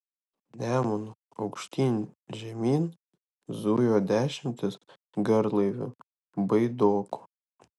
nemunu aukštyn žemyn zujo dešimtys garlaivių baidokų